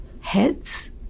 heads